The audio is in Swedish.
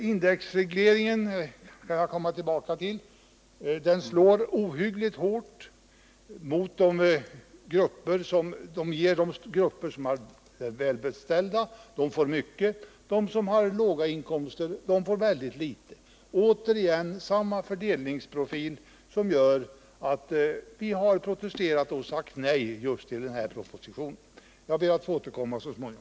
Indexregleringen slår ohyggligt hårt. De grupper som är välbeställda får mycket, och de människor som har låga inkomster får ytterst litet. Återigen en fördelningsprofil som gör att vi har protesterat och sagt nej till den borgerliga regeringens proposition. Jag ber att få återkomma så småningom.